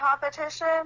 competition